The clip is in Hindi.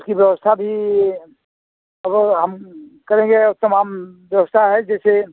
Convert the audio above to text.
उसकी व्यवस्था भी हम सब हम करेंगे और तमाम व्यवस्था है जैसे